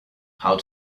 how